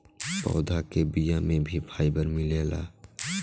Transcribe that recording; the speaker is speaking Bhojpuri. पौधा के बिया में भी फाइबर मिलेला